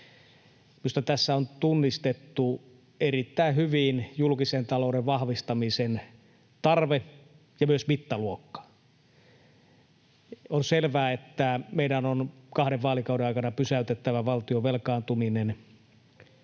tässä on tunnistettu erittäin hyvin julkisen talouden vahvistamisen tarve ja myös mittaluokka. On selvää, että meidän on kahden vaalikauden aikana pysäytettävä valtion velkaantuminen,